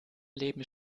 leben